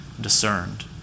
discerned